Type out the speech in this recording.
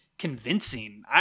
convincing